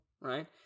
right